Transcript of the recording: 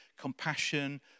Compassion